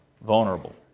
vulnerable